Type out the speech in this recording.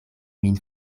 min